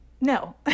no